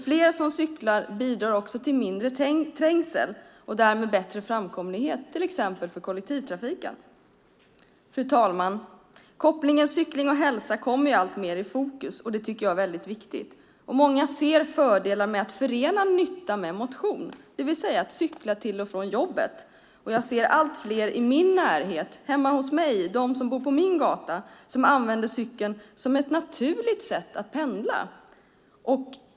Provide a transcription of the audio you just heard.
Fler som cyklar bidrar till mindre trängsel och därmed till bättre framkomlighet till exempel för kollektivtrafiken. Fru talman! Kopplingen mellan cykling och hälsa kommer alltmer i fokus, och det tycker jag är viktigt. Många ser fördelar med att förena nytta med motion, det vill säga att cykla till och från jobbet. Jag ser allt fler i min närhet, som bor på min gata, som använder cykeln som ett naturligt sätt att pendla.